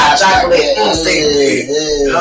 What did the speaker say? chocolate